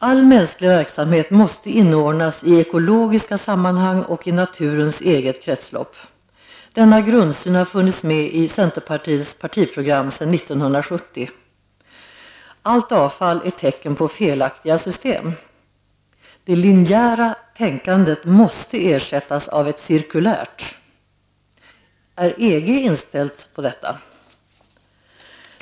All mänsklig verksamhet måste inordnas i ekologiska sammanhang och i naturens eget kretslopp. Denna grundsyn har funnits med i centerns partiprogram sedan 1970. Allt avfall är ett tecken på felaktiga system. Det linjära tänkandet måste ersättas av ett cirkulärt. Är EG inställt på detta?